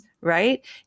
right